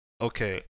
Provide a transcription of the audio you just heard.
okay